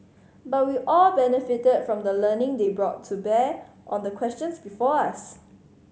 but we all benefited from the learning they brought to bear on the questions before us